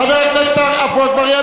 חבר הכנסת עפו אגבאריה.